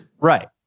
Right